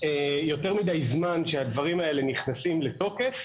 זמן שהדברים האלה נכנסים לתוקף.